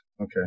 Okay